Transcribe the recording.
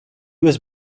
was